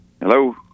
Hello